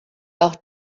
auch